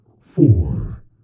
four